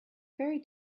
fairy